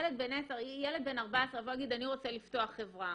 ילד בן 14 יבוא ויגיד אני רוצה לפתוח חברה,